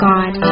God